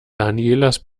danielas